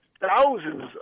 thousands